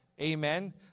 Amen